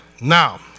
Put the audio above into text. now